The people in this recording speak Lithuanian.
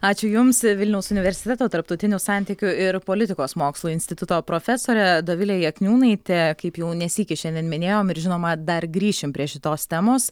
ačiū jums vilniaus universiteto tarptautinių santykių ir politikos mokslų instituto profesorė dovilė jakniūnaitė kaip jau ne sykį šiandien minėjom ir žinoma dar grįšim prie šitos temos